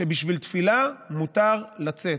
שבשביל תפילה מותר לצאת,